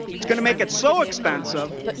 it's going to make it so expensive